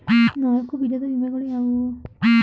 ನಾಲ್ಕು ವಿಧದ ವಿಮೆಗಳು ಯಾವುವು?